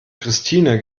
christine